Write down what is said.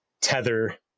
tether